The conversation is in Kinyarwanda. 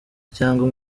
cyangwa